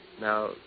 Now